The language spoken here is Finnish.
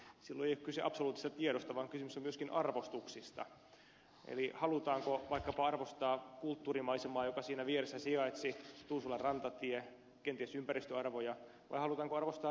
silloin ei ollut kyse absoluuttisesta tiedosta vaan kysymys oli myöskin arvostuksista eli siitä haluttiinko vaikkapa arvostaa kulttuurimaisemaa joka siinä vieressä sijaitsi tuusulan rantatietä kenties ympäristöarvoja vai haluttiinko arvostaa liikenteen sujuvuutta